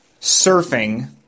surfing